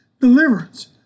deliverance